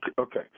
Okay